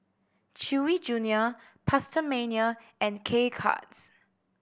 Chewy Junior PastaMania and K Cuts